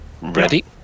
Ready